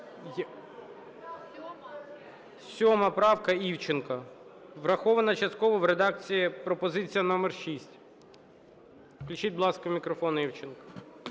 7 правка, Івченко. Врахована частково в редакції пропозиція номер 6. Включіть, будь ласка, мікрофон Івченку.